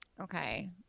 Okay